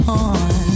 on